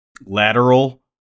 lateral